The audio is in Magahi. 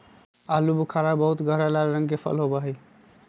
आलू बुखारा बहुत गहरा लाल रंग के फल होबा हई